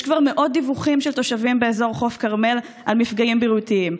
יש כבר מאות דיווחים של תושבים באזור חוף הכרמל על מפגעים בריאותיים.